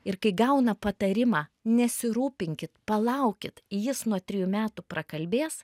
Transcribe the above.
ir kai gauna patarimą nesirūpinkit palaukit jis nuo trijų metų prakalbės